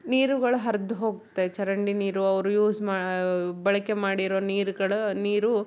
ನೀರುಗಳು ಹರ್ದು ಹೋಗುತ್ತೆ ಚರಂಡಿ ನೀರು ಅವರು ಯೂಸ್ ಮಾ ಬಳಕೆ ಮಾಡಿರೋ ನೀರುಗಳು ನೀರು